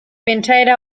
pentsaera